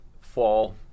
fall